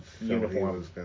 uniform